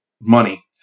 Money